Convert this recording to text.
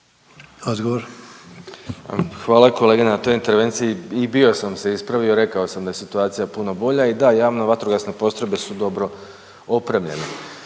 Hvala kolegi na toj intervenciji. I bio sam se ispravio, rekao sam da je situacija puno bolja. I da, javne vatrogasne postrojbe su dobro opremljene.